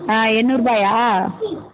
ஆ எண்ணூறுபாயா